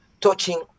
touching